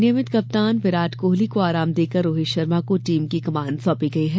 नियमित कप्तान विराट कोहली को आराम देकर रोहित शर्मा को टीम की कमान सौंपी गई है